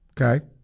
okay